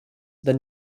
the